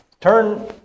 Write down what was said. Turn